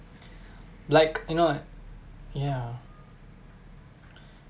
like you know ya